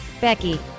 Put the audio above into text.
Becky